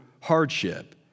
hardship